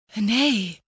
Nay